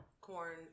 corn